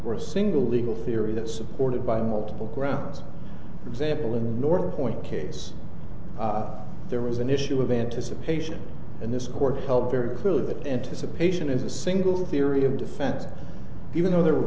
a single legal theory that supported by multiple grounds example in the north point case there was an issue of anticipation and this court felt very clearly that anticipation is the single theory of defense even though there